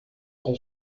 quand